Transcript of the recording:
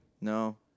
No